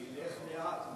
אני אלך לאט,